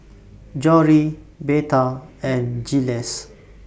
Jory Betha and Jiles